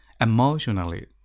emotionally